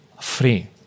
free